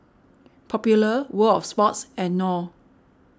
Popular World of Sports and Knorr